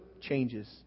changes